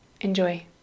Enjoy